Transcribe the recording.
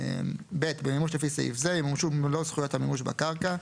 (ב) במימוש לפי סעיף זה ימומשו מלוא זכויות המימוש בקרקע,